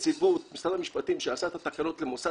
משרד המשפטים שעשה את התקנות למוסד